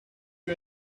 you